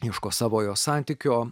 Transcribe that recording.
ieško savojo santykio